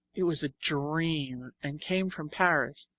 it was a dream and came from paris,